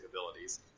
abilities